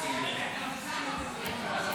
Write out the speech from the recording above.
לישראל),